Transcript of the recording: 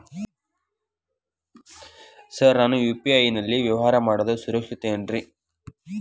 Sir ನಾನು UPI ನಲ್ಲಿ ವ್ಯವಹಾರ ಮಾಡೋದು ಸುರಕ್ಷಿತ ಏನ್ರಿ?